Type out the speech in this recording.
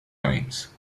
times